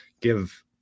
give